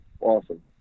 Awesome